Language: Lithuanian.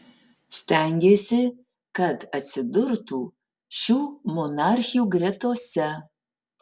stengėsi kad atsidurtų šių monarchių gretose